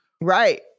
Right